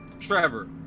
Trevor